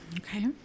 Okay